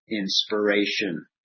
inspiration